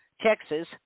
Texas